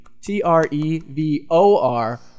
T-R-E-V-O-R